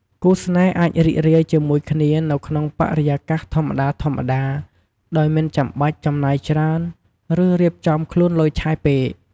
គូស្នេហ៍អាចរីករាយជាមួយគ្នានៅក្នុងបរិយាកាសធម្មតាៗ ដោយមិនចាំបាច់ចំណាយច្រើន ឬរៀបចំខ្លួនឡូយឆាយពេក។